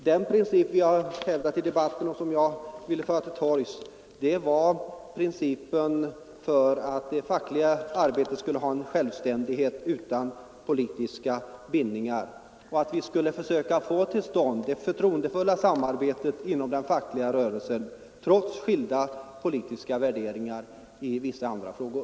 Den princip vi hävdat i debatten och som jag vill föra till torgs är att det fackliga arbetet skall ha en självständighet utan partipolitiska bindningar och att vi skall försöka få till stånd ett förtroendefullt samarbete inom den fackliga rörelsen trots skilda politiska värderingar i vissa andra frågor.